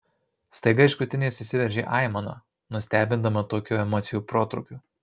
staiga iš krūtinės išsiveržė aimana nustebindama tokiu emocijų protrūkiu